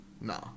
Nah